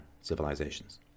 civilizations